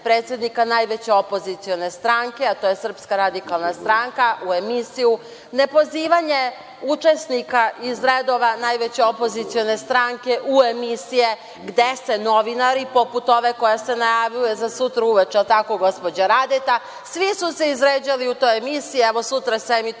najveće opozicione stranke, a to je SRS u emisiju, nepozivanje učesnika iz redova najveće opozicione stranke u emisije gde se novinari, poput ove koja se najavljuje za sutra uveče, jel tako gospođo Radeta? Svi su se izređali u toj emisiji, evo sutra se emituje